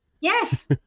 Yes